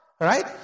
right